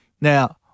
Now